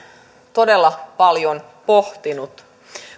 todella paljon pohtinut